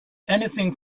anything